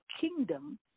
kingdom